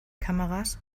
kameras